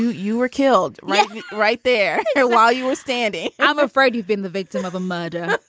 you you were killed right right there there while you were standing. i'm afraid you've been the victim of a murder.